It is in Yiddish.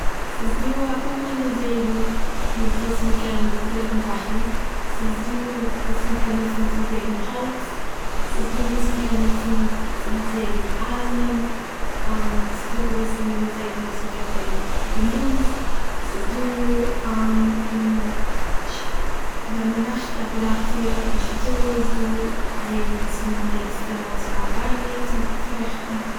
ס'איז דא אפאר מינע זעגן מיט וואס מ'קען זעגן זאכן, ס'איז דא וואס מ'קען נוצן צו זעגן האלץ, ס'איז דא וואס מ'קען נוצן צו זעגן אייזן, ס'איז דא געוויסע מינע זעגן וואס מ'קען זעגן גלאז, ס'איז דא און ש- ווען מ'מאכט א אפעראציע אין שפיטאל איז דא זעגן וואס מ'נוצט דעמאלטס פאר ביינער צו פארעכטן.